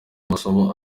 masomo